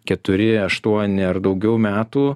keturi aštuoni ar daugiau metų